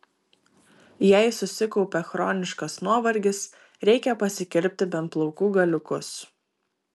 jei susikaupė chroniškas nuovargis reikia pasikirpti bent plaukų galiukus